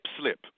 slip